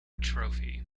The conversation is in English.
trophy